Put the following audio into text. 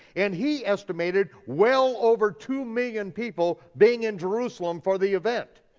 and he estimated well over two million people being in jerusalem for the event.